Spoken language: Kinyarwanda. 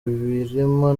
birimo